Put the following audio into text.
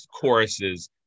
choruses